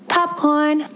Popcorn